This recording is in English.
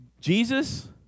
Jesus